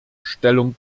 stellung